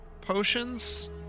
potions